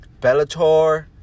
Bellator